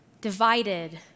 divided